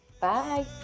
Bye